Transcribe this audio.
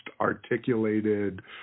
articulated